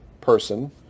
person